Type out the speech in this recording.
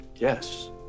Yes